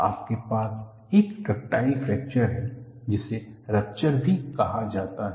आपके पास एक डक्टाइल फ्रैक्चर है जिसे रपटर भी कहा जाता है